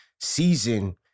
season